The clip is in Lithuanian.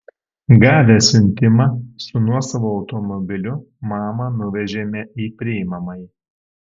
gavę siuntimą su nuosavu automobiliu mamą nuvežėme į priimamąjį